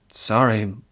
Sorry